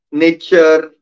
nature